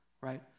right